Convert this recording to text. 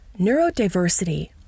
Neurodiversity